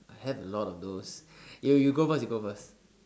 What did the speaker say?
I have a lot nose you you go first you go first